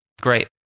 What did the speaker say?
Great